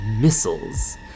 missiles